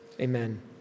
Amen